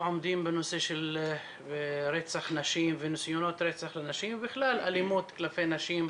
עומדים בנושא של רצח נשים וניסיונות לרצח נשים ובכלל אלימות כלפי נשים,